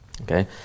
Okay